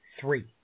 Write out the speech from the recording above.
Three